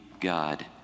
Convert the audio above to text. God